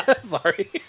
Sorry